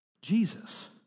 Jesus